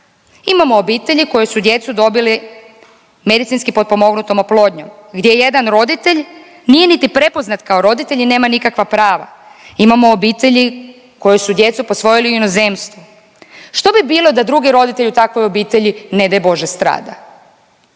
Imamo obitelji koji su djecu dobili medicinski potpomognutom oplodnjom gdje jedan roditelj nije niti prepoznat kao roditelj i nema nikakva prava, imamo obitelji koji su djecu posvojili u inozemstvu što bi bilo da drugi roditelj u takvoj obitelji ne daj Bože strada?